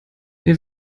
wir